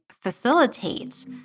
facilitate